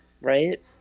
Right